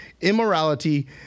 immorality